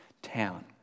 town